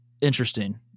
interesting